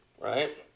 right